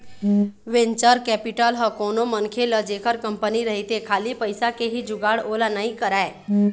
venture capital ह कोनो मनखे ल जेखर कंपनी रहिथे खाली पइसा के ही जुगाड़ ओला नइ कराय